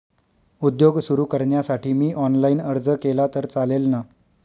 उद्योग सुरु करण्यासाठी मी ऑनलाईन अर्ज केला तर चालेल ना?